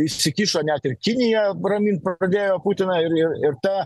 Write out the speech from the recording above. įsikišo net ir kinija ramint pradėjo putiną ir ir tą